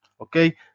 Okay